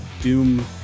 doom